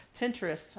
Pinterest